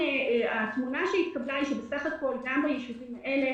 התמונה שהתקבלה היא שבסך הכול גם ביישובים האלה